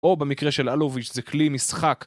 או במקרה של אלוביש זה כלי משחק